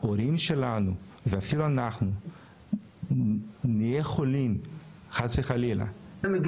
ההורים שלנו ואפילו אנחנו נהיה חולים חס וחלילה בשבץ ודמנציה,